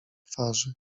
twarzy